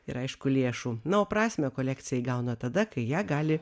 ir aišku lėšų na o prasmę kolekcija įgauna tada kai ją gali